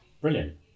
Brilliant